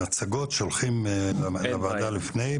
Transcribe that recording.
מצגות שולחים לוועדה לפני,